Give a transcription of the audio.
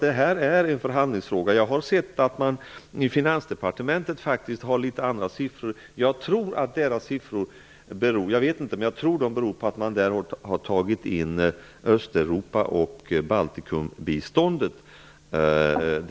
Detta är en förhandlingsfråga. Jag har sett att man i Finansdepartementet faktiskt har litet andra siffror. Jag tror att deras siffror beror på att man där har tagit med Östeuropa och Baltikumbiståndet, men jag vet inte.